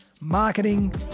marketing